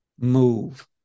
move